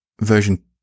version